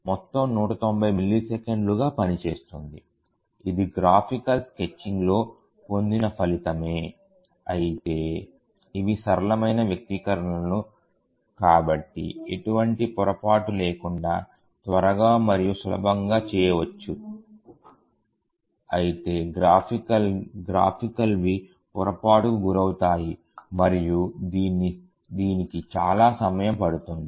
మొత్తం 190 మిల్లీసెకండ్గా పని చేస్తుంది ఇది గ్రాఫికల్ స్కెచింగ్లో పొందిన ఫలితమే అయితే ఇవి సరళమైన వ్యక్తీకరణలు కాబట్టి ఎటువంటి పొరపాటు లేకుండా త్వరగా మరియు సులభంగా చేయవచ్చు అయితే గ్రాఫికల్ వి పొరపాటుకు గురవుతాయి మరియు దీనికి చాలా సమయం పడుతుంది